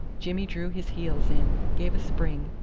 jimmy drew his heels in, gave a spring,